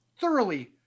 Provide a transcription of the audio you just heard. thoroughly